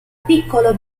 piccolo